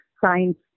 science